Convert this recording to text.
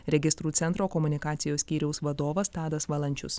registrų centro komunikacijos skyriaus vadovas tadas valančius